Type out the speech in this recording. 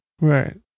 Right